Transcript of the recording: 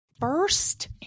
first